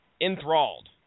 enthralled